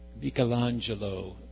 Michelangelo